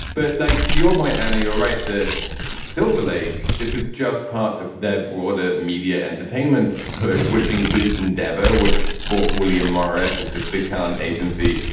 but like to your point and you're right, the silverlake, this is just part of the broader media entertainment push, which includes endeavor, which bought william morris. it's this big talent agency.